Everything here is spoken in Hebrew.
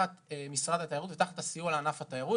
תחת הקטגוריה של "סיוע לענף התיירות".